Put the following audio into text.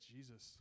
Jesus